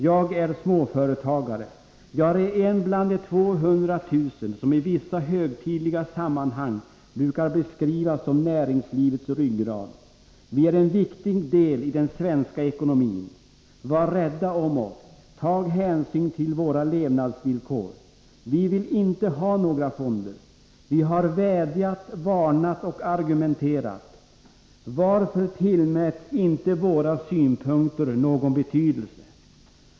Jag är småföretagare. Jag är en bland de 200 000 som i vissa högtidliga sammanhang brukar beskrivas som näringslivets ryggrad. Vi är en viktig del i den svenska ekonomin. Var rädda om oss! Tag hänsyn till våra levnadsvillkor! Vi vill inte ha några fonder. Vi har vädjat, varnat och argumenterat. Varför tillmäts inte våra synpunkter någon betydelse?